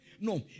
No